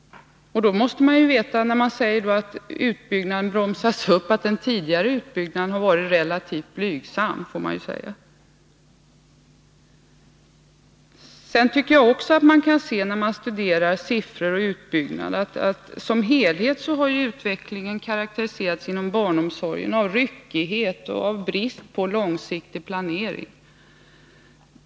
Och när man säger att utbyggnadstakten bromsas upp måste man också veta att den tidigare utbyggnaden varit relativt blygsam. Man kan också se, när man studerar siffror över utbyggnaden, att utvecklingen inom barnomsorgen som helhet har karakteriserats av ryckighet och brist på långsiktig planering.